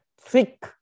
thick